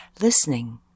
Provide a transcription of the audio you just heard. listening